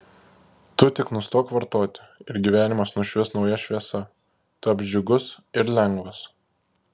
tu tik nustok vartoti ir gyvenimas nušvis nauja šviesa taps džiugus ir lengvas